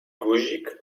guzik